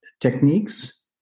techniques